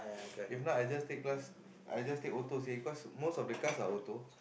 if not I just take class I just take auto seh cause most of the class are auto